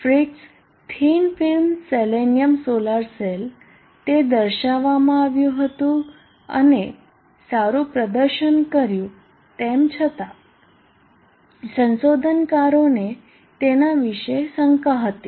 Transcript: ફ્રીટ્સ thin film selenium solar cell તે દર્શાવવામાં આવ્યું હતું અને સારું પ્રદર્શન કર્યુંતેમ છતાં સંશોધનકારોને તેના વિશે શંકા હતી